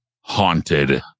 haunted